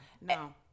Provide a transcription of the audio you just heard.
no